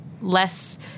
Less